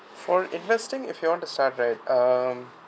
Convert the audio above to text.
for investing if you want to start right um